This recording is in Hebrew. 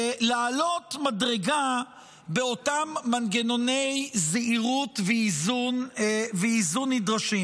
לעלות מדרגה באותם מנגנוני זהירות ואיזון נדרשים.